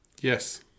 yes